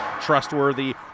trustworthy